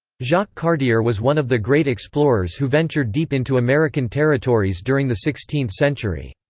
jacques cartier was one of the great explorers who ventured deep into american territories during the sixteenth century.